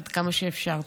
עד כמה שאפשר.